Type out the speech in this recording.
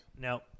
No